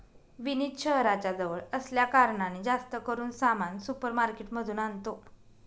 विनीत शहराच्या जवळ असल्या कारणाने, जास्त करून सामान सुपर मार्केट मधून आणतो